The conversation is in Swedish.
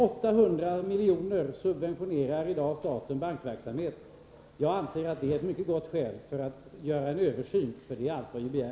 Staten subventionenar i dag bankverksamhet med 800 miljoner. Jag anser att det är ett mycket gott skäl för att man skall göra en översyn, och en sådan är allt vad vi begär.